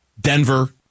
Denver